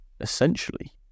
essentially